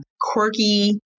quirky